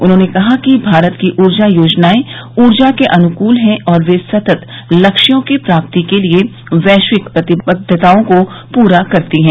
उन्होंने कहा कि भारत की ऊर्जा योजनाएं ऊर्जा के अनुकूल है और वे सतत लक्ष्यों की प्राप्ति के लिए वैश्विक प्रतिबद्वताओं को पूरा करती हैं